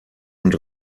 und